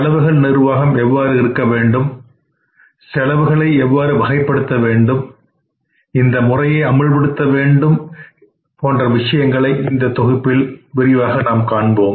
செலவுகள் நிர்வாகம் எவ்வாறு இருக்க வேண்டும் செலவுகளை எவ்வாறு வகைப்படுத்த வேண்டும் இந்த முறையை அமல்படுத்த வேண்டும் போன்ற விஷயங்களை இந்த தொகுப்பில் காண்போம்